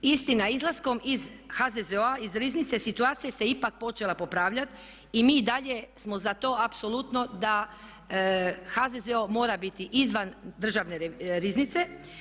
Istina, izlaskom iz HZZO-a iz Riznice situacija se ipak počela popravljati i mi i dalje smo za to apsolutno da HZZO mora biti izvan Državne riznice.